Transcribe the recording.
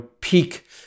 peak